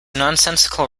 nonsensical